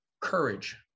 courage